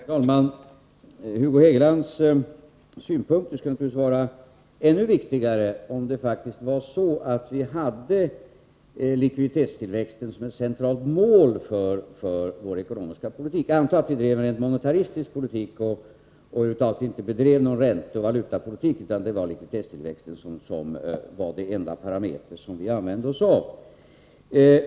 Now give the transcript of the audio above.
Herr talman! Hugo Hegelands synpunkter skulle naturligtvis vara ännu viktigare om det faktiskt var så att vi hade likviditetstillväxten som ett centralt mål för vår ekonomiska politik — om vi alltså drev en rent monetaristisk politik och över huvud taget inte bedrev någon ränteoch valutapolitik utan att det var likviditetstillväxten som var den enda parameter som vi använde oss av.